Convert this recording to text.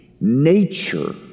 nature